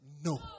no